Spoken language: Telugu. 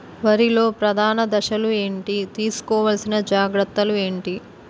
వరిలో ప్రధాన దశలు ఏంటి? తీసుకోవాల్సిన జాగ్రత్తలు ఏంటి?